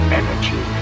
energy